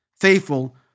faithful